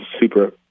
super